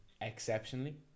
exceptionally